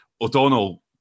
O'Donnell